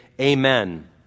Amen